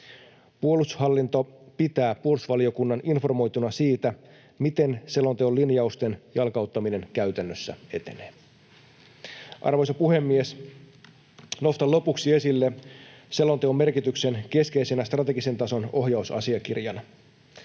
Puolustushallinto pitää puolustusvaliokunnan informoituna siitä, miten selonteon linjausten jalkauttaminen käytännössä etenee. Arvoisa puhemies! Nostan lopuksi esille selonteon merkityksen keskeisenä strategisen tason ohjausasiakirjana.